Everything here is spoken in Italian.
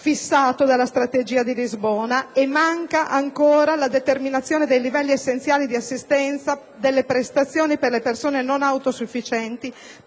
fissato dalla strategia di Lisbona; e manca ancora la determinazione dei livelli essenziali di assistenza delle prestazioni per le persone non autosufficienti,